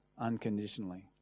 unconditionally